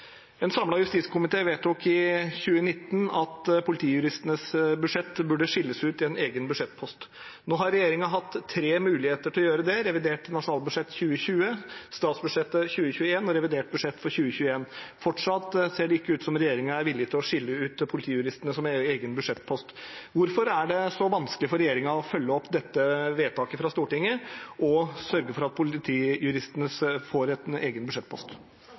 En samlet justiskomité vedtok i 2019 at politijuristenes budsjett burde skilles ut i en egen budsjettpost. Nå har regjeringen hatt tre muligheter til å gjøre det – revidert nasjonalbudsjett for 2020, statsbudsjettet for 2021 og revidert budsjett for 2021. Fortsatt ser det ikke ut til at regjeringen er villig til å skille ut politijuristene som egen budsjettpost. Hvorfor er det så vanskelig for regjeringen å følge opp dette vedtaket fra Stortinget og sørge for at politijuristene får en egen budsjettpost?